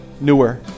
newer